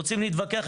רוצים להתווכח?